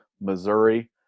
Missouri